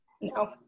No